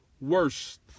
worst